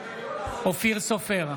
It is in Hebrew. אופיר סופר,